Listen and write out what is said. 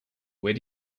where